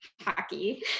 hockey